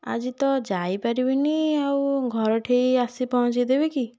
ଆଜି ତ ଯାଇ ପାରିବିନି ଆଉ ଘର ଠେଇ ଆସି ପହଞ୍ଚେଇଦେବେ କି